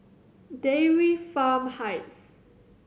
Dairy Farm Heights